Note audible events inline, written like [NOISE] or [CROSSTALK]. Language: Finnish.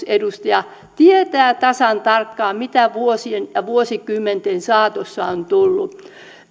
[UNINTELLIGIBLE] edustaja tietää tasan tarkkaan mitä vuosien ja vuosikymmenten saatossa on tullut